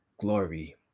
glory